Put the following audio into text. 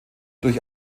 durch